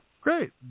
great